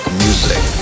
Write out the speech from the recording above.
music